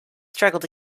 struggled